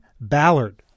Ballard